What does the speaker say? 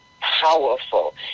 powerful